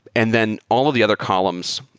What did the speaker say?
and then all of the other columns,